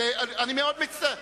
אני מאוד מצטער.